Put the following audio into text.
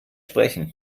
sprechen